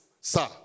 Sir